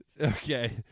Okay